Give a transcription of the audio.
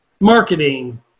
marketing